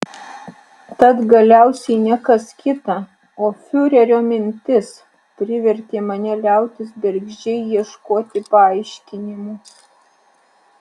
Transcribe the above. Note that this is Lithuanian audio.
tad galiausiai ne kas kita o fiurerio mintis privertė mane liautis bergždžiai ieškoti paaiškinimų